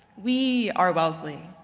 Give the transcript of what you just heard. we are wellesley.